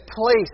place